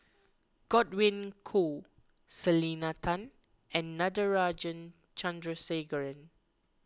Godwin Koay Selena Tan and Natarajan Chandrasekaran